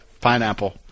Pineapple